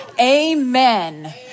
amen